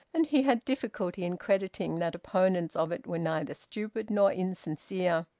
and he had difficulty in crediting that opponents of it were neither stupid nor insincere.